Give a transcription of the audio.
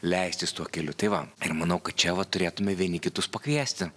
leistis tuo keliu tai va ir manau kad čia va turėtume vieni kitus pakviesti